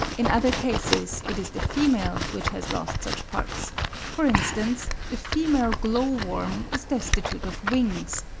in other cases it is the female which has lost such parts for instance, the female glow-worm is destitute of wings,